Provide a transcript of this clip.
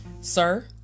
sir